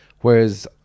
whereas